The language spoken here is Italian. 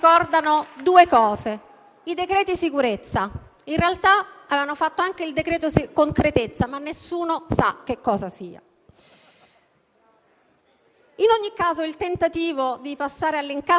In ogni caso, il tentativo di passare all'incasso fallisce. Evitiamo il testacoda e si forma il nuovo Governo, quello attuale.